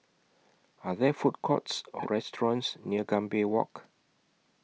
Are There Food Courts Or restaurants near Gambir Walk